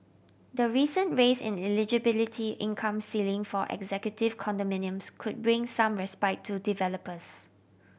the recent raise in eligibility income ceiling for executive condominiums could bring some respite to developers